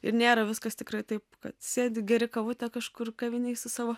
ir nėra viskas tikrai taip kad sėdi geri kavutę kažkur kavinėj su savo